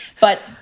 But-